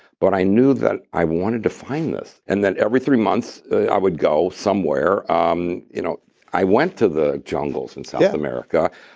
but i knew that i wanted to find this, and that every three months i would go somewhere. ah um you know i went to the jungles in south yeah america,